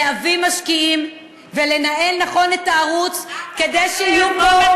להביא משקיעים ולנהל נכון את הערוץ כדי שיהיו פה,